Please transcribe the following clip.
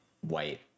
white